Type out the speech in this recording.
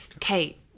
Kate